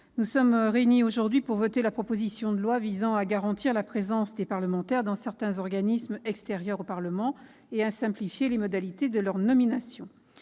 nous sommes réunis aujourd'hui pour discuter de la proposition de loi visant à garantir la présence des parlementaires dans certains organismes extérieurs au Parlement et à simplifier les modalités de leur nomination.